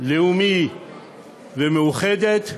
לאומית ומאוחדת,